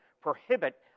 prohibit